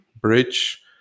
Bridge